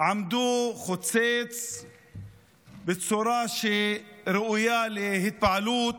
יצאו חוצץ, חוצץ בצורה ראויה להתפעלות,